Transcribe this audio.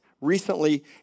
recently